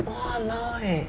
!walao! eh